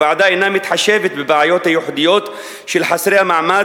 הוועדה אינה מתחשבת בבעיות הייחודיות של חסרי המעמד,